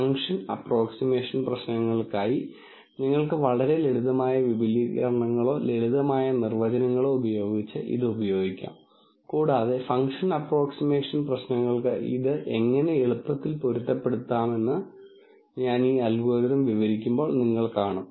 function approximation പ്രശ്നങ്ങൾക്കായി നിങ്ങൾക്ക് വളരെ ലളിതമായ വിപുലീകരണങ്ങളോ ലളിതമായ നിർവചനങ്ങളോ ഉപയോഗിച്ച് ഇത് ഉപയോഗിക്കാം കൂടാതെ ഫംഗ്ഷൻ അപ്രോക്സിമേഷൻ പ്രശ്നങ്ങൾക്ക് ഇത് എങ്ങനെ എളുപ്പത്തിൽ പൊരുത്തപ്പെടുത്താമെന്ന് ഞാൻ ഈ അൽഗോരിതം വിവരിക്കുമ്പോൾ നിങ്ങൾ കാണും